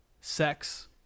sex